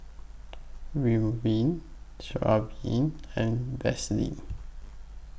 Ridwind Sigvaris and Vaselin